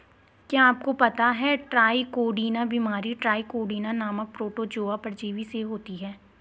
क्या आपको पता है ट्राइकोडीना बीमारी ट्राइकोडीना नामक प्रोटोजोआ परजीवी से होती है?